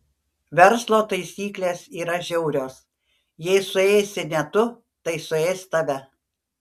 verslo taisyklės yra žiaurios jei suėsi ne tu tai suės tave